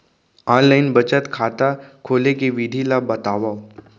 Online बचत खाता खोले के विधि ला बतावव?